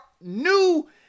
new